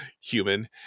human